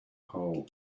hole